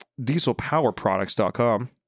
dieselpowerproducts.com